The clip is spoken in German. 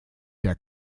der